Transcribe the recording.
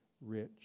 rich